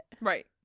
right